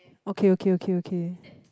okay okay okay okay